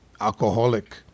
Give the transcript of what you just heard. alcoholic